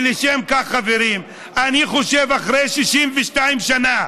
לשם כך, חברים, אני חושב שאחרי 62 שנה,